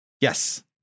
Yes